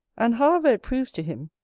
and however it proves to him,